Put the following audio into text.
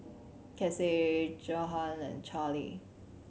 Casey Johnathan and Charle